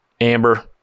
amber